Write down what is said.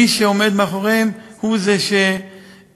מי שעומד מאחוריהם הוא זה שמנצח,